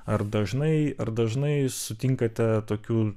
ar dažnai ar dažnai sutinkate tokių